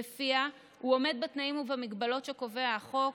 שלפיה הוא עומד בתנאים ובמגבלות שקובע החוק,